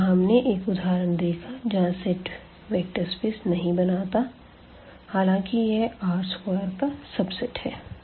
तो यहां हमने एक उदाहरण देखा जहां सेट वेक्टर स्पेस नहीं बनाता हालांकि यह R स्क्वायर का सबसेट है